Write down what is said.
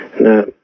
Now